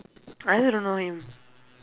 I also don't know him